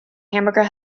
hamburger